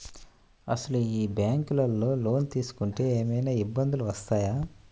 అసలు ఈ బ్యాంక్లో లోన్ తీసుకుంటే ఏమయినా ఇబ్బందులు వస్తాయా?